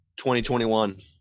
2021